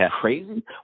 crazy